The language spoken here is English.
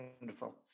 Wonderful